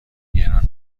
گران